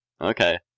Okay